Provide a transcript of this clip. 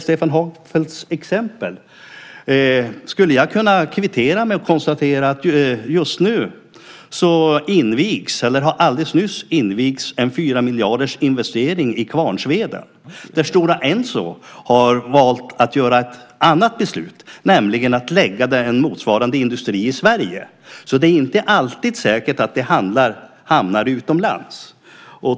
Stefan Hagfeldts exempel skulle jag kunna kvittera med att konstatera att alldeles nyss har det invigts en 4 miljarders investering i Kvarnsveden, där Stora Enso har valt att göra ett annat beslut, nämligen att lägga en motsvarande industri i Sverige. Så det är inte alltid säkert att det hamnar utomlands.